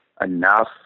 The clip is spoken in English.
enough